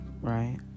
Right